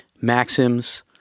Maxim's